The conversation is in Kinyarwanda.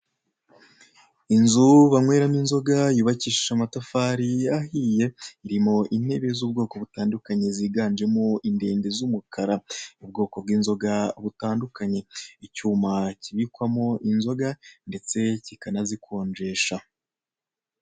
Inzu banyweramo inzoga, yubakishije amatafari ahiye, irimo intebe z'ubwoko butandukanye, ziganjemo indende, z'umukara, ubwoko bw'inzoga zitandukanye. Icyuma kibikwamo inzoga ndetse zikanazikonjesha.